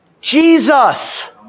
Jesus